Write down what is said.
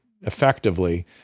effectively